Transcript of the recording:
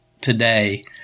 today